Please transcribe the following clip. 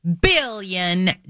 billion